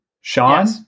Sean